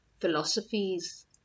philosophies